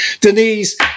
Denise